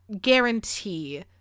guarantee